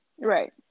Right